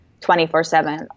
24-7